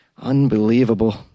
Unbelievable